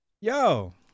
Yo